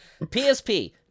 psp